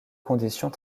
conditions